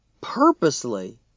purposely